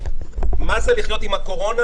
מה זה לחיות עם הקורונה